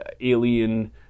alien